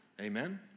Amen